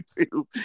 YouTube